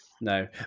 No